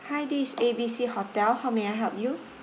hi this is A B C hotel how may I help you